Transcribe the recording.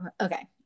okay